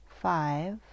Five